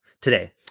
today